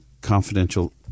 confidential